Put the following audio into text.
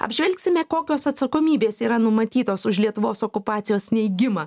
apžvelgsime kokios atsakomybės yra numatytos už lietuvos okupacijos neigimą